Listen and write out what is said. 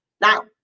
Now